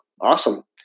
awesome